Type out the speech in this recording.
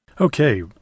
Okay